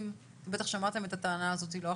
בטח שמעתם את הטענה הזאת לא אחת,